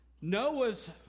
Noah's